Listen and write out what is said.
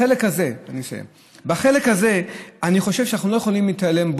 מהחלק הזה אני חושב שאנחנו לא יכולים להתעלם,